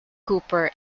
cooper